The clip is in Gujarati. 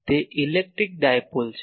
તે ઇલેક્ટ્રિક ડાયપોલ છે